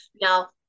Now